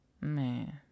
man